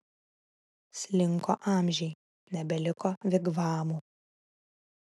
slinko amžiai nebeliko vigvamų